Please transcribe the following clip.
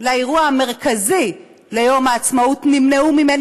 לאירוע המרכזי ליום העצמאות נמנעו ממני,